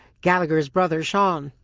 gallagher's brother sean.